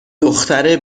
دختر